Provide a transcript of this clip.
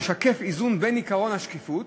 המשקף איזון בין עקרון השקיפות